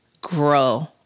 grow